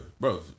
bro